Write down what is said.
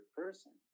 person